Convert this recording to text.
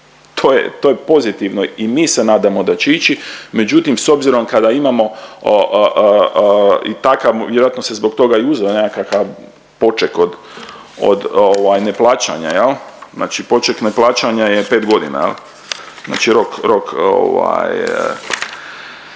to je pozitivno. I mi se nadamo da će ići, međutim s obzirom kada imamo i takav, vjerojatno se zbog toga i uzeo nekakav poček od neplaćanja. Znači poček neplaćanja je pet godina, znači rok